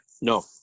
No